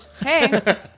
Hey